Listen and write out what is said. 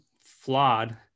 flawed